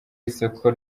y’isoko